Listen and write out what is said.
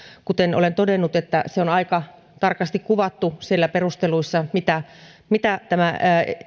kuten olen todennut se on aika tarkasti kuvattu siellä perusteluissa mitä mitä tämä